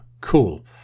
Cool